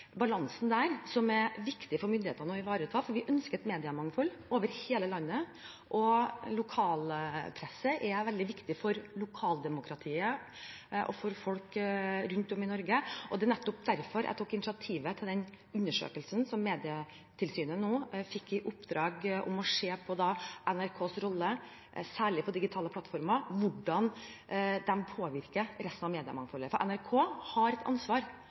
balansen som er viktig for myndighetene å ivareta, for vi ønsker et mediemangfold over hele landet, og lokalpresse er veldig viktig for lokaldemokratiet og for folk rundt om i Norge. Det er nettopp derfor jeg tok initiativ til undersøkelsen der Medietilsynet nå fikk i oppdrag å se på NRKs rolle, særlig på digitale plattformer, og hvordan de påvirker resten av mediemangfoldet. NRK har et ansvar